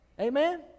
Amen